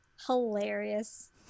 hilarious